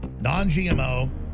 non-GMO